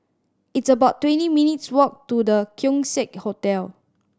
it's about twenty minutes' walk to The Keong Saik Hotel